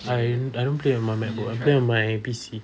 I I don't play with my macbook I play on my P_C